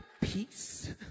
peace